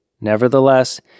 Nevertheless